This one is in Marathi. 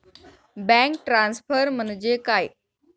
बँक ट्रान्सफर म्हणजे काय?